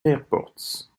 airport